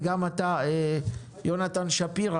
וגם יונתן שפירא,